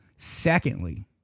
Secondly